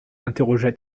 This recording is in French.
interrogea